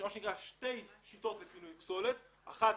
יש שתי שיטות לפינוי פסולת: אחת,